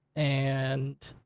and,